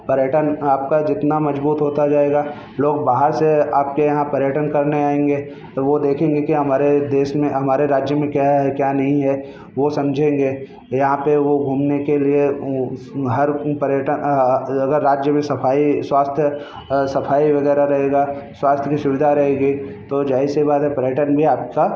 पर्यटन आपका जितना मजबूत होता जाएगा लोग बाहर से आपके यहाँ पर्यटन करने आएँगे तो वो देखेंगे कि हमारे देश में हमारे राज्य में क्या है क्या नहीं है वो समझेंगे यहाँ पर वो घूमने के लिए वो हर पर्यटन अगर राज्य में सफाई स्वास्थ्य और सफाई वगैरह रहेगा स्वास्थ्य की सुविधा रहेगी तो जाहिर सी बात है पर्यटन भी आपका